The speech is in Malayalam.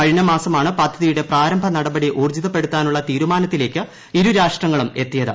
കഴിഞ്ഞ മാസമാണ് പദ്ധതിയുടെ പ്രാരംഭ നടപടി ഊർജ്ജിതപ്പെടുത്താനുള്ള തീരുമാനത്തിലേക്ക് ഇരു രാഷ്ട്രങ്ങളും എത്തിയത്